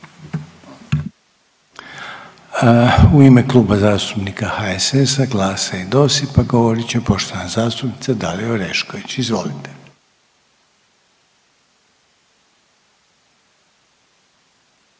u ime Kluba zastupnika HSS-a, GLAS-a i DOSIP-a govoriti poštovana zastupnica Dalija Orešković, izvolite.